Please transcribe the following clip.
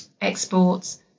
exports